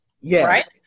Yes